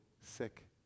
sick